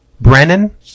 Brennan